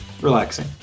Relaxing